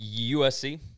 USC